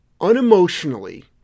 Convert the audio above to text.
unemotionally